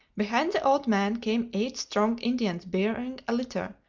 behind the old man came eight strong indians bearing a litter,